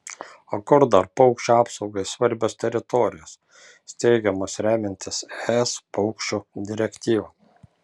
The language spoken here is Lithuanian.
o kur dar paukščių apsaugai svarbios teritorijos steigiamos remiantis es paukščių direktyva